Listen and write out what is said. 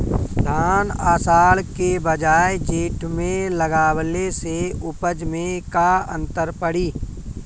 धान आषाढ़ के बजाय जेठ में लगावले से उपज में का अन्तर पड़ी?